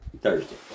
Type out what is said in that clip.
Thursday